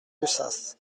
lussas